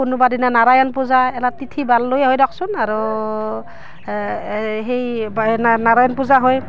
কোনোবা দিনা নাৰায়ণ পূজা এলা তিথি বাৰ লৈ হয় দকচোন আৰু সেই বাৰ নাৰ নাৰায়ণ পূজা হয়